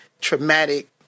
traumatic